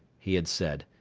he had said,